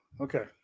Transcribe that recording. okay